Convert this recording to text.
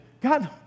God